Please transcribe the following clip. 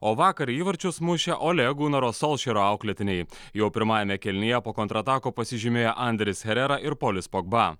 o vakar įvarčius mušė ole gunaro sauširo auklėtiniai jau pirmajame kėlinyje po kontratakų pasižymėjo anderis herera ir polis pogba